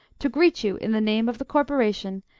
to greet you in the name of the corporation,